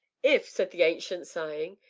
if, said the ancient, sighing,